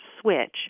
switch